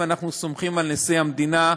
ואנחנו סומכים על נשיא המדינה,